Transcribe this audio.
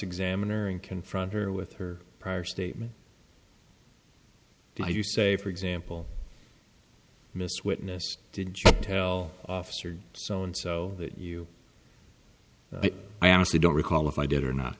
examine or and confront her with her prior statement now you say for example miss witness didn't tell officer so and so you i honestly don't recall if i did or not